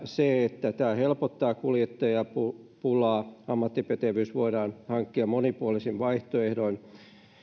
se että tämä helpottaa kuljettajapulaa ammattipätevyys voidaan hankkia monipuolisin vaihtoehdoin